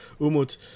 Umut